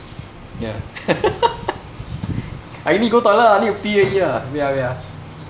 ya I really need to go toilet ah I need to pee already ah wait ah wait ah